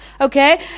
okay